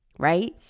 Right